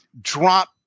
drop